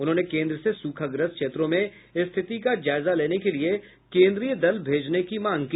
उन्होंने केन्द्र से सूखाग्रस्त क्षेत्रों में स्थिति का जायजा लेने के लिये केन्द्रीय दल भेजने की मांग की